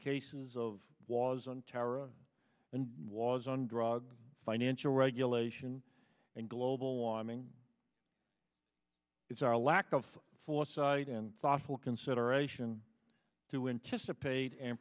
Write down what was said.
cases of was on terror and was on drugs financial regulation and global warming it's our lack of foresight and thoughtful consideration to anticipate and